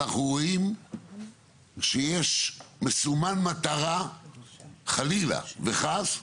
אנחנו רואים שמסומן מטרה חלילה וחס,